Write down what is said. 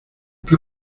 plus